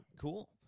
Cool